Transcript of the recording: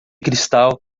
cristal